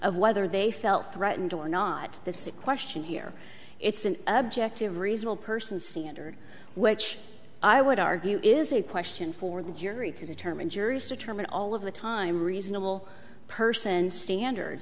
of whether they felt threatened or not this a question here it's an objective reasonable person standard which i would argue is a question for the jury to determine juries determine all of the time reasonable person standards